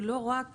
ולא רק